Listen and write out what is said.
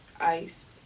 iced